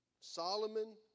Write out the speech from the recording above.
Solomon